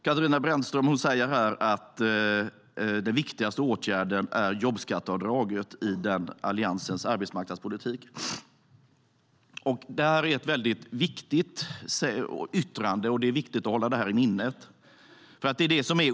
Katarina Brännström sa att den viktigaste åtgärden är jobbskatteavdraget i Alliansens arbetsmarknadspolitik. Det är ett viktigt yttrande, och det är viktigt att hålla det i minnet.